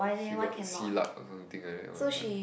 she got Silat or something like that one like